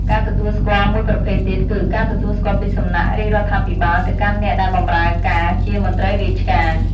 ការទទួលស្គាល់មួយប្រភេទទៀតគឺ ការទទួលស្គាល់ពីសំណាក់រាជរដ្ឋាភិបាលទៅកាន់អ្នកដែលបម្រើការជាមន្ត្រីរាជការ។